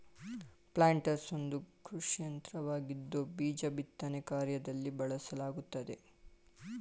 planters ಒಂದು ಕೃಷಿಯಂತ್ರವಾಗಿದ್ದು ಬೀಜ ಬಿತ್ತನೆ ಕಾರ್ಯದಲ್ಲಿ ಬಳಸಲಾಗುತ್ತದೆ